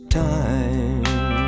time